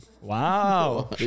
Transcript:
Wow